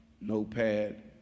notepad